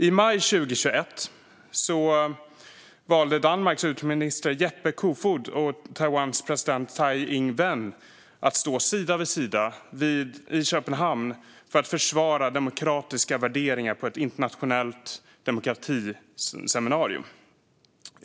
I maj 2021 valde Danmarks utrikesminister Jeppe Kofod och Taiwans president Tsai Ing-wen att stå sida vid sida i Köpenhamn för att försvara demokratiska värderingar vid ett internationellt demokratiseminarium.